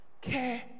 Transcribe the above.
care